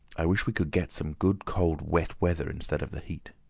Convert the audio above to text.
i wish we could get some good cold wet weather instead of the heat.